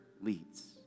leads